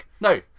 No